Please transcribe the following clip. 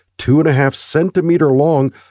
two-and-a-half-centimeter-long